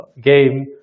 game